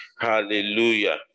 Hallelujah